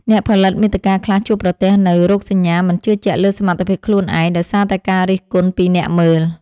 អ្នកផលិតមាតិកាខ្លះជួបប្រទះនូវ រោគសញ្ញាមិនជឿជាក់លើសមត្ថភាពខ្លួនឯង ដោយសារតែការរិះគន់ពីអ្នកមើល។